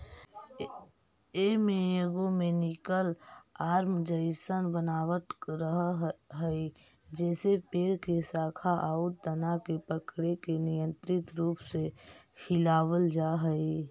एमे एगो mechanical arm जइसन बनावट रहऽ हई जेसे पेड़ के शाखा आउ तना के पकड़के नियन्त्रित रूप से हिलावल जा हई